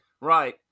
Right